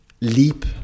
leap